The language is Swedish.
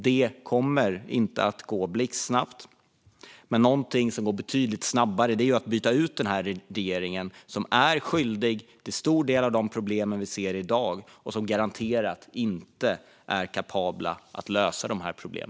Det kommer inte att gå blixtsnabbt, men något som går betydligt snabbare är att byta ut regeringen, som är skyldig till en stor del av de problem som vi ser i dag och som garanterat inte är kapabel att lösa dessa problem.